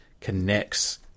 connects